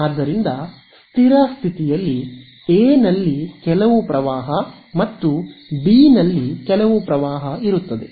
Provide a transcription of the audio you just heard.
ಆದ್ದರಿಂದ ಸ್ಥಿರ ಸ್ಥಿತಿಯಲ್ಲಿ ಎ ನಲ್ಲಿ ಕೆಲವು ಪ್ರವಾಹ ಮತ್ತು ಬಿ ನಲ್ಲಿ ಕೆಲವು ಪ್ರವಾಹ ಇರುತ್ತದೆ